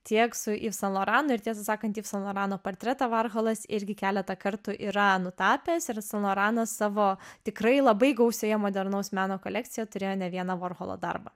tiek su yves saint laurentu ir tiesą sakant yves saint laurento portretą vorholas irgi keletą kartų yra nutapęs ir saint laurentas savo tikrai labai gausioje modernaus meno kolekcijoje turėjo ne vieną vorholo darbą